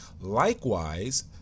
likewise